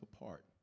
apart